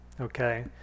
Okay